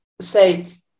say